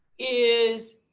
is